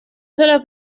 sola